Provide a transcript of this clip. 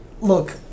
Look